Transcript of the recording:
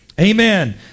Amen